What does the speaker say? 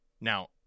Now